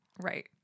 Right